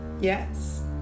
Yes